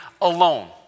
alone